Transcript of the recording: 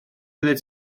oeddet